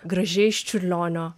gražiais čiurlionio